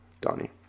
Donnie